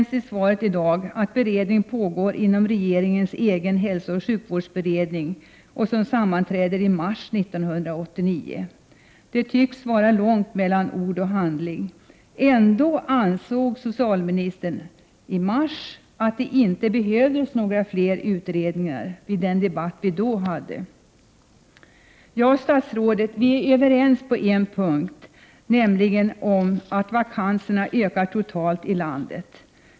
Sist i svaret i dag nämns att ett arbete pågår inom regeringens egen hälsooch sjukvårdsberedning, som sammanträder i mars 1989. Det tycks vara långt mellan ord och handling. Ändå ansåg socialministern i mars att det inte behövdes några fler utredningar. Det sade hon i den debatt som vi då hade. Ja, statsrådet, vi är överens på en punkt, nämligen om att vakanserna totalt ökani landet.